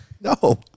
No